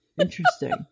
Interesting